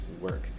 work